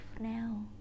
now